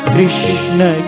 Krishna